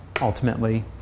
ultimately